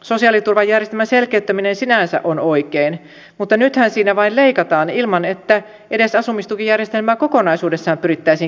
sosiaaliturvajärjestelmän selkeyttäminen sinänsä on oikein mutta nythän siinä vain leikataan ilman että edes asumistukijärjestelmää kokonaisuudessaan pyrittäisiin kehittämään